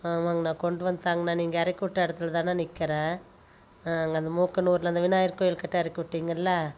ஆமாங்ண்ணா கொண்டு வந்து தாங்கண்ணா நீங்கள் இறக்கி விட்ட இடத்துல தான்ணா நிற்குறேன் அந்த மூக்கனூரில் அந்த விநாயகர் கோயில் கிட்ட இறக்கி விட்டிங்கள்ல